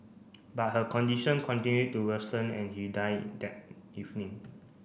but her condition continued to worsen and he died that evening